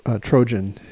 Trojan